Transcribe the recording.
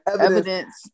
evidence